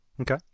Okay